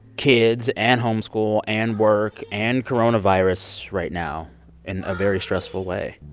kids and homeschool and work and coronavirus right now in a very stressful way?